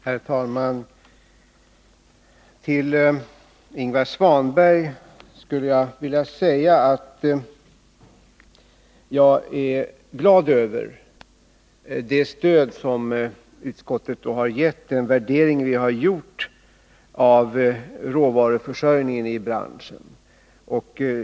Herr talman! Till Ingvar Svanberg skulle jag vilja säga att jag är glad över det stöd som utskottet har gett vår värdering av råvaruförsörjningen i stålbranschen.